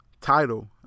title